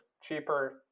cheaper